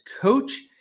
Coach